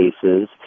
cases